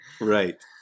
Right